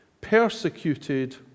persecuted